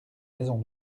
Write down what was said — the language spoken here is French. maisons